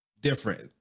different